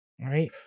right